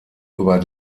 über